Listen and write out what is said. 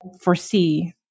foresee